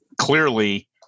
Clearly